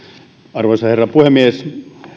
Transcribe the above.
arvoisa herra puhemies